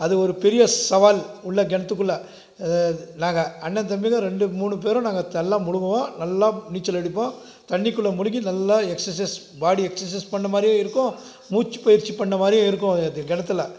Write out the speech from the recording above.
அது ஒரு பெரிய சவால் உள்ளே கிணத்துக்குள்ள நாங்கள் அண்ணன் தம்பிங்கள் நாங்கள் ரெண்டு மூணு பேரும் நாங்கள் நல்லா முழுகுவோம் நல்லா நீச்சலடிப்போம் தண்ணிக்குள்ளே முழுகி நல்லா எக்ஸ்சசைஸ் பாடி எக்ஸ்சசைஸ் பண்ணிண மாதிரியும் இருக்கும் மூச்சுப் பயிற்சி பண்ணிண மாதிரியும் இருக்கும் கிணத்துல